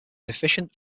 efficient